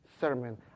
sermon